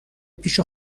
پیش